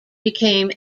became